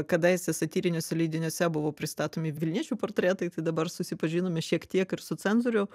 kadaise satyriniuose leidiniuose buvo pristatomi vilniečių portretai tai dabar susipažinome šiek tiek ir su cenzorių